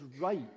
right